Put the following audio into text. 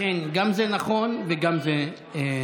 לכן גם זה נכון וגם זה נכון.